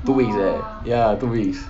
two week leh ya two weeks